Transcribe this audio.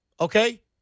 Okay